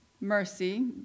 mercy